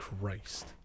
Christ